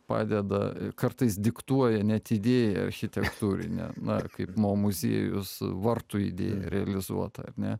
padeda kartais diktuoja net idėją architektūrinę na kaip mo muziejus vartų idėja realizuota ne